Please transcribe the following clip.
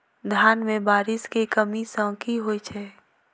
धान मे बारिश केँ कमी सँ की होइ छै?